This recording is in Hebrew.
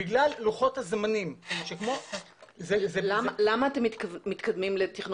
בגלל לוחות הזמנים --- למה אתם מתקדמים לתכנון